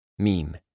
Meme